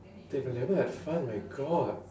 they never had fun my god